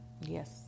Yes